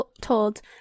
told